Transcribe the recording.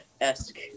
...esque